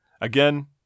again